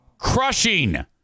Crushing